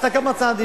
עשתה כמה צעדים.